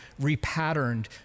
repatterned